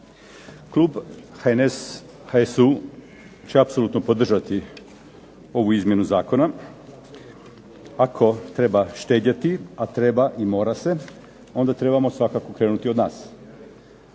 Klub HNS-HSU će apsolutno podržati ovu izmjenu zakona. Ako treba štedjeti, a treba i mora se onda trebamo svakako krenuti od nas.